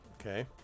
okay